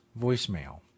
voicemail